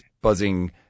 buzzing